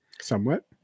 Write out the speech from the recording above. Somewhat